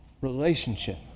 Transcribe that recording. relationship